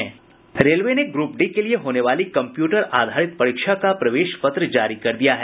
railway ने group D के लिए होने वाली कम्प्यूटर आधारित परीक्षा का प्रवेश पत्र जारी कर दिया है